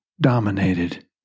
dominated